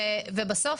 בסוף